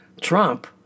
Trump